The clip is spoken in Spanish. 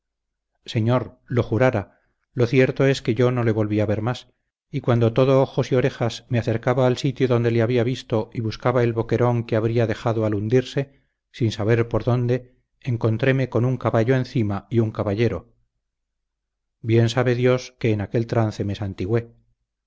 señor lo jurara lo cierto es que yo no le volví a ver más y cuando todo ojos y orejas me acercaba al sitio donde le había visto y buscaba el boquerón que habría dejado al hundirse sin saber por dónde encontréme con un caballo encima y un caballero bien sabe dios que en aquel trance me santigüé